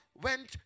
went